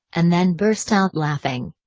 and then burst out laughing.